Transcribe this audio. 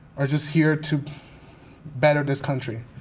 are just here to better this country.